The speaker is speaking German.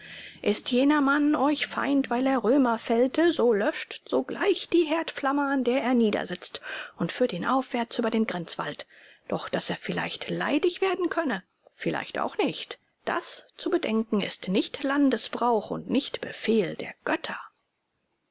ist jener mann euch feind weil er römer fällte so löscht sogleich die herdflamme an der er niedersitzt und führt ihn aufwärts über den grenzwald doch daß er vielleicht leidig werden könnte vielleicht auch nicht das zu bedenken ist nicht landesbrauch und nicht befehl der götter